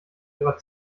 ihrer